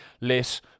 less